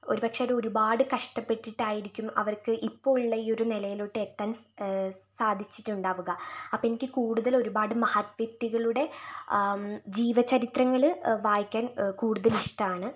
ഒരു പക്ഷേ അത് ഒരുപാട് കഷ്ടപ്പെട്ടിട്ടായിരിക്കും അവർക്ക് ഇപ്പോൾ ഉള്ള ഈ ഒരു നിലയിലോട്ടെത്താൻ സാധിച്ചിട്ടുണ്ടാവുക അപ്പോൾ എനിക്ക് കൂടുതൽ ഒരുപാട് മഹത് വ്യക്തികളുടെ ജീവചരിത്രങ്ങൾ വായിക്കാൻ കൂടുതൽ ഇഷ്ടമാണ്